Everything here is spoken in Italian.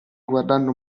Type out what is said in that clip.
guardando